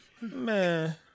Man